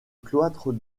cloître